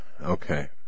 Okay